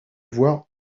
voire